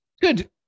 Good